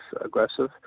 aggressive